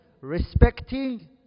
respecting